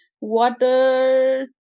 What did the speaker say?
Water